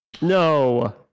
No